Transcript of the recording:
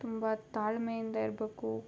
ತುಂಬ ತಾಳ್ಮೆಯಿಂದ ಇರಬೇಕು